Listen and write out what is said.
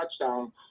touchdown